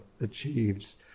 achieves